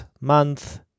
month